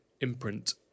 imprint